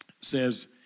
says